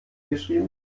geschrieben